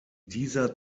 dieser